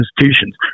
institutions